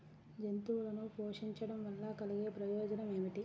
జంతువులను పోషించడం వల్ల కలిగే ప్రయోజనం ఏమిటీ?